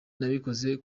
nabikoze